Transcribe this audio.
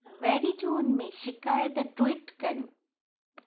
Verizon में शिकायत tweet करियो